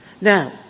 Now